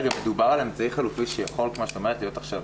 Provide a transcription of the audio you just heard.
מדובר על אמצעי חלופי שיכול להיות עכשיו